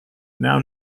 now